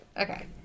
Okay